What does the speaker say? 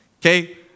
Okay